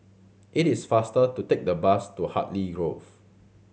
it is faster to take the bus to Hartley Grove